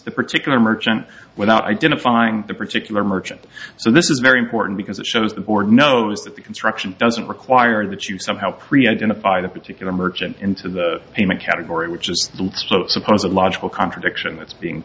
the particular merchant without identifying the particular merchant so this is very important because it shows the board knows that the construction doesn't require that you somehow pre identify the particular merchant into the payment category which is let's suppose a logical contradiction that's being